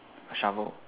shovel